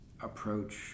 approach